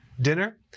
Dinner